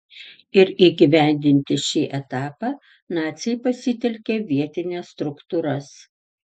ir įgyvendinti šį etapą naciai pasitelkė vietines struktūras